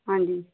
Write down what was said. ਹਾਂਜੀ